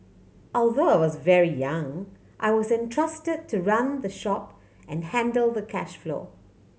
although I was very young I was entrusted to run the shop and handle the cash flow